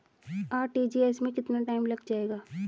RTGS में कितना time लग जाएगा?